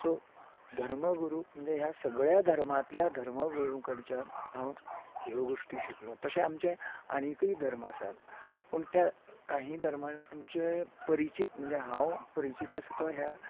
so धर्मगुरू म्हणजे ह्या सगळ्या धर्मांतल्या धर्मगुरू कडच्यान हांव ह्यो गोष्टी शिकलो तशें आमचे आनीकय धर्म आसात पूण त्या काहीं धर्मांचे परिचीत म्हणजे हांव परिचीत आसा तो ह्या